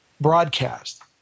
broadcast